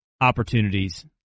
opportunities